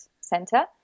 center